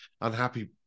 unhappy